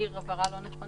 שנבהיר הבהרה לא נכונה.